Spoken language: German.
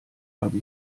habe